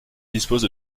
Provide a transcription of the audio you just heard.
dispose